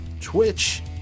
Twitch